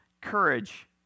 courage